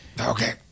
Okay